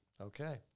Okay